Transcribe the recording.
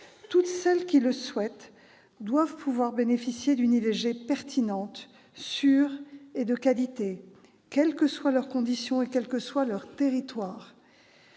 Toutes celles qui le souhaitent doivent pouvoir bénéficier d'une IVG pertinente, sûre et de qualité, quelle que soit leur condition et quel que soit le territoire